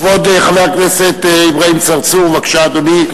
כבוד חבר הכנסת אברהים צרצור, בבקשה, אדוני.